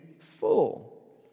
full